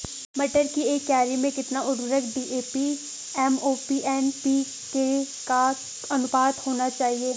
मटर की एक क्यारी में कितना उर्वरक डी.ए.पी एम.ओ.पी एन.पी.के का अनुपात होना चाहिए?